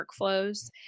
workflows